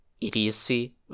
idiocy